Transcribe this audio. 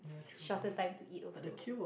shorter time to eat also